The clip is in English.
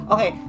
Okay